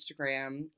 Instagram